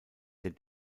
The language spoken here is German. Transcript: der